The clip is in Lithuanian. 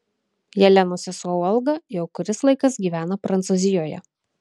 jelenos sesuo olga jau kuris laikas gyvena prancūzijoje